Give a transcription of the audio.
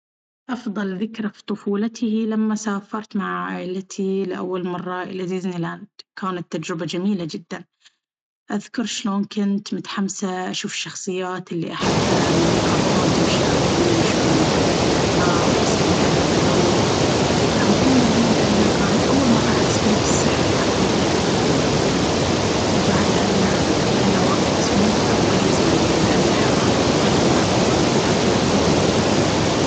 أفضل ذكرى في طفولتي هي لما سافرت مع عائلتي لأول مرة إلى ديزني لاند. كانت تجربة جميلة جدا. أذكر شلون كنت متحمسة أشوف الشخصيات اللي أحبها من الكرتون تمشي حولي، وشلون لعبنا في الألعاب واستمتعنا بالعروض. هالذكرى مهمة لي لأنها كانت أول مرة أحس فيها بالسحر الحقيقي للطفولة، وبعد لأننا قضينا وقت ممتع ومميز مع العيلة. هاللحظات بتظل محفورة في ذاكرتي الى الأبد.